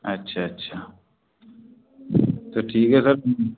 अच्छा अच्छा तो ठीक है सर